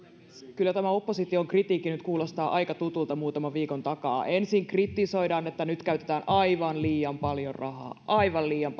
kyllä tämä opposition kritiikki nyt kuulostaa aika tutulta muutaman viikon takaa ensin kritisoidaan että nyt käytetään aivan liian paljon rahaa aivan liian